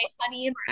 honey